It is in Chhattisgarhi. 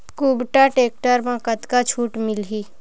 कुबटा टेक्टर म कतका छूट मिलही?